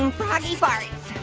um froggy farts.